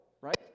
right